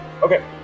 Okay